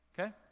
Okay